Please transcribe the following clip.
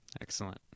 Excellent